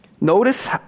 Notice